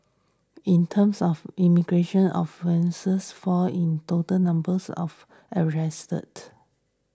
in terms of immigration offences fall in total numbers of arrested